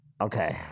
okay